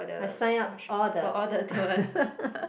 I sign up all the